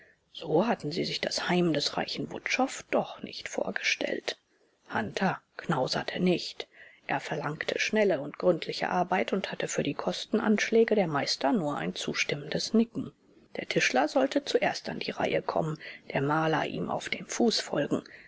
so hatten sie sich das heim des reichen wutschow doch nicht vorgestellt hunter knauserte nicht er verlangte schnelle und gründliche arbeit und hatte für die kostenanschläge der meister nur ein zustimmendes nicken der tischler sollte zuerst an die reihe kommen der maler ihm auf dem fuß folgen